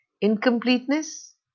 incompleteness